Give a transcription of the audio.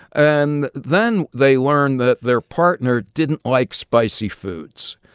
and then they learned that their partner didn't like spicy foods,